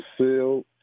sealed